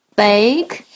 bake